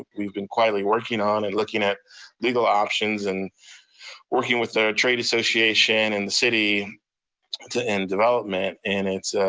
we've been quietly working on and looking at legal options and working with the trade association and the city to end development. and it's,